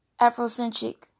Afrocentric